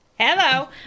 Hello